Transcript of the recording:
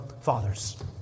fathers